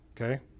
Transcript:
Okay